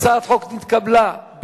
ההצעה להעביר את הצעת חוק מיסוי מקרקעין